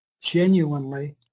genuinely